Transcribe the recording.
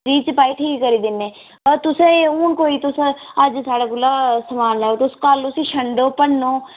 free च भाई ठीक करी दिन्नै अगर तुसेंगी हून कोई तुस अज्ज साढ़े कोला समान लैओ तुस कल उसी छंडो भन्नो